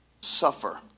suffer